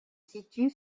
situe